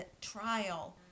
trial